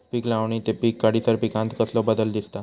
पीक लावणी ते पीक काढीसर पिकांत कसलो बदल दिसता?